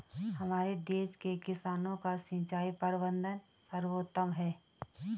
हमारे देश के किसानों का सिंचाई प्रबंधन सर्वोत्तम है